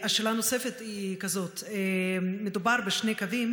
השאלה הנוספת היא כזאת: מדובר בשני קווים